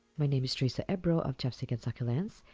my name is theresa ebro of chopstick and succulents,